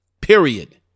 period